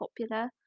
popular